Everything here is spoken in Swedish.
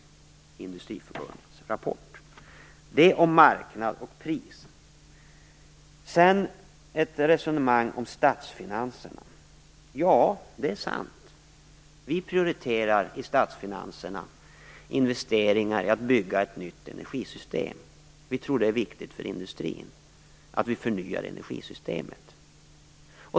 Det var alltså Industriförbundets rapport. Det var vad jag ville säga om marknad och pris. Sedan gäller det ett resonemang om statsfinanserna. Det är sant att vi i statsfinanserna prioriterar investeringar för att bygga ett nytt energisystem. Vi tror att det är viktigt för industrin att vi förnyar energisystemet.